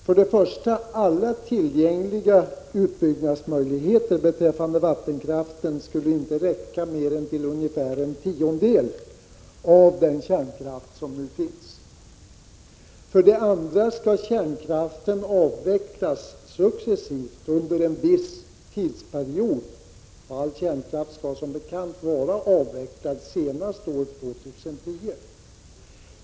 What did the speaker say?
För det första skulle inte alla tillgängliga utbyggnadsmöjligheter beträffande vattenkraft räcka till mer än ungefär en tiondel av den kärnkraft som nu finns. För det andra skall kärnkraften avvecklas successivt under en viss period — all kärnkraft skall som bekant vara avvecklad senast år 2010.